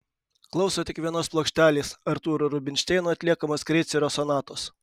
klauso tik vienos plokštelės artūro rubinšteino atliekamos kreicerio sonatos